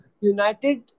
United